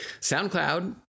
SoundCloud